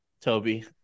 Toby